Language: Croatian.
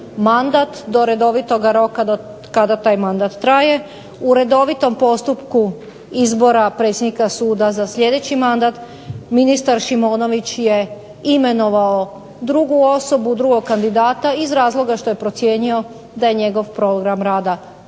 do redovitoga roka do kada taj mandat traje. U redovitom postupku izbora predsjednika suda za sljedeći mandat ministar Šimonović je imenovao drugu osobu, drugog kandidata iz razloga što je procijenio da je njegov program rada